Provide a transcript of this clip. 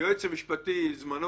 זמנו של היועץ המשפטי קצוב,